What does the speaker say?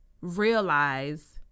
realize